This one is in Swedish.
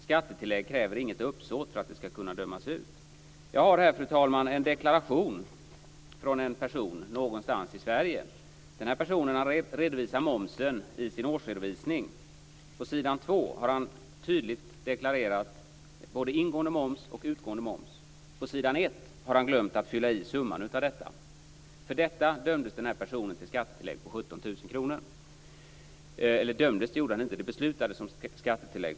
Skattetillägg kräver inget uppsåt för att det skall kunna dömas ut. Jag har här, fru talman, en deklaration från en person någonstans i Sverige. Den här personen redovisar momsen i sin årsredovisning. På s. 2 har han tydligt deklarerat både ingående moms och utgående moms. På s. 1 har han glömt att fylla i summan av detta. För detta dömdes den här personen till skattetillägg på 17 000 kr. Han dömdes inte, men det beslutades om skattetillägg.